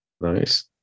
Nice